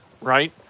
right